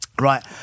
Right